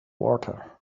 water